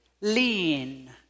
lean